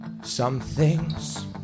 Something's